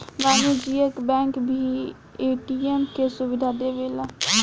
वाणिज्यिक बैंक भी ए.टी.एम के सुविधा देवेला